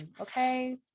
okay